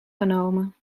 genomen